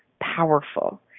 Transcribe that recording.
powerful